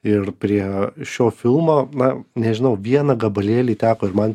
ir prie šio filmo na nežinau vieną gabalėlį teko ir man